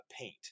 paint